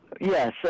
Yes